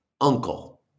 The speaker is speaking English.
uncle